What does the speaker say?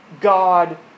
God